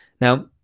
Now